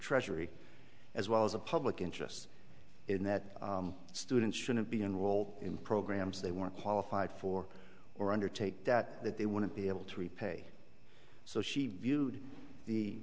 treasury as well as a public interest in that student shouldn't be enrolled in programs they weren't qualified for or undertake that that they want to be able to repay so she viewed the